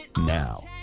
Now